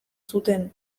zuten